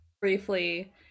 briefly